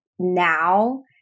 Now